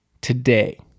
today